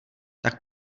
tak